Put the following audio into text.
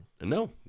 No